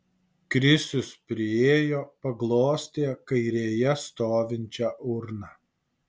krisius priėjo paglostė kairėje stovinčią urną